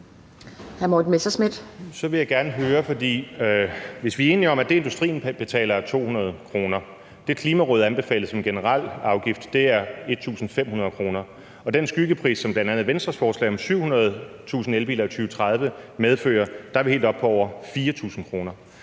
Hvis vi er enige om, at industrien betaler 200 kr., mens det, Klimarådet anbefaler som en generel afgift, er 1.500 kr., og den skyggepris, som bl.a. Venstres forslag om 700.000 elbiler i 2030 medfører, er helt oppe på over 4.000 kr.